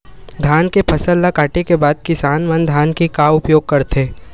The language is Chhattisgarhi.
धान के फसल ला काटे के बाद किसान मन धान के का उपयोग करथे?